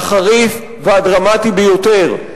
החריף והדרמטי ביותר.